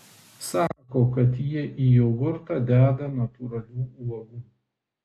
sako kad jie į jogurtą deda natūralių uogų